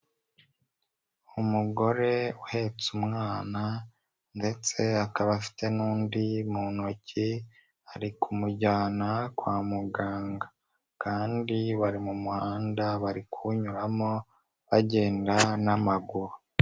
Umugore uhetse umwana ndetse akaba afite n'undi mu ntoki, ari kumujyana kwa muganga kandi bari mu muhanda bari kunyuramo bagenda n'amaguru.